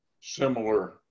similar